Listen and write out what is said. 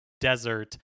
desert